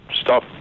stop